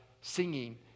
singing